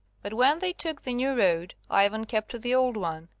but when they took the new road ivan kept to the old one.